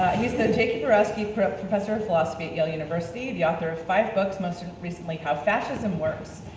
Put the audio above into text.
he's the jacob urowsky professor of philosophy at yale university, the author of five books, most recently how fascism works,